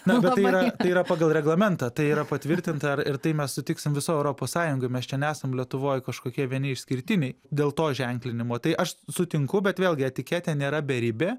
na bet tai yra tai yra pagal reglamentą tai yra patvirtinta ir ir tai mes sutiksim visa europos sąjungoj mes čia nesam lietuvoj kažkokie vieni išskirtiniai dėl to ženklinimo tai aš sutinku bet vėlgi etiketė nėra beribė